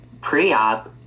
pre-op